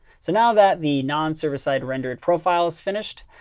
so now that the non-server-side rendered profile is finished,